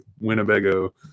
Winnebago